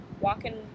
walking